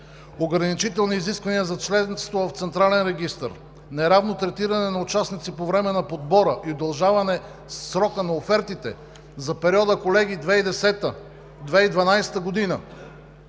ограничителни изисквания за членство в Централен регистър, неравно третиране на участници по време на подбора и удължаване срока на офертите за периода, колеги, 2010 – 2012 г.